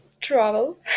Travel